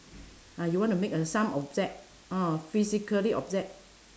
ah you want to make a some object uh physically object